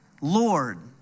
Lord